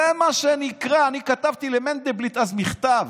זה מה שנקרא, אני כתבתי למנדלבליט אז מכתב